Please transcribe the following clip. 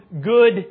good